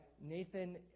Nathan